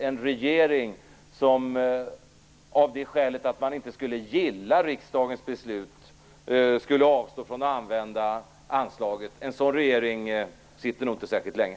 En regering som avstår från att använda ett anslag av det skälet att den inte gillar riksdagens beslut sitter nog inte särskilt länge.